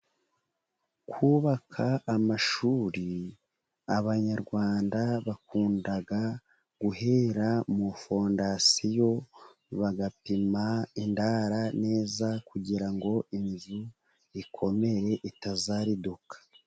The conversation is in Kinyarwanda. Kubaka amashuri, Abanyarwanda bakunda guhera mu fondasiyo bagapima indara neza, kugira ngo inzu ikomere itazariduka.